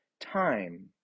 time